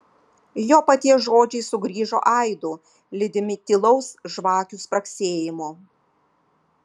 jo paties žodžiai sugrįžo aidu lydimi tylaus žvakių spragsėjimo